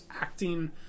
acting